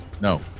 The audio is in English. no